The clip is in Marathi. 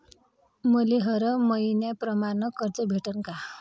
मले हर मईन्याप्रमाणं कर्ज भेटन का?